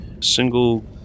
single